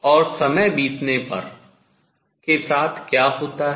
और समय बीतने बढ़ने के साथ क्या होता है